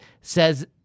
says